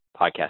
podcast